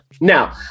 Now